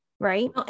Right